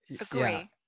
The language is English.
agree